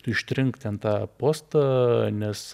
tu ištrink ten tą postą nes